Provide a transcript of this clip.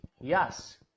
yes